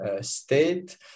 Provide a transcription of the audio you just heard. state